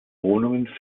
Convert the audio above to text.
wohnungen